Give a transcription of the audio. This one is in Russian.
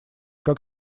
как